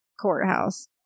courthouse